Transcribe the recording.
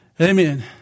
Amen